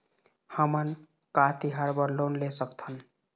हमन का तिहार बर लोन ले सकथन?